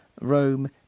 Rome